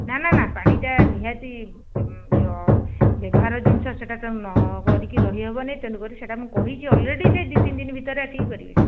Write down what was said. ନା ନା ନା ପାଣିଟା ନିହାତି ବ୍ୟବହାର ଜିନିଷ ସେହିଟା ତ ନ କରିକି ରହି ହେବନି ତେଣୁ କରି ସେହିଟା ମୁଁ କହିଛି ଅଲରେଡ଼ି ସେ ଦି ତିନି ଦିନ ଭିତରେ ଆସିକି କରିବେ